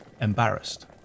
embarrassed